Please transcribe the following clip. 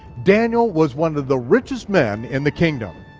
daniel was one of the richest men in the kingdom.